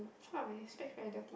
I feel like my specs very dirty